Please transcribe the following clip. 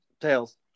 Tails